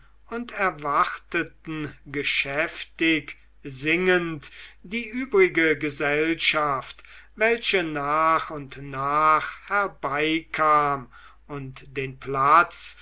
und erwarteten geschäftig singend die übrige gesellschaft welche nach und nach herbeikam und den platz